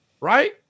right